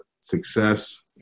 success